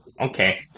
Okay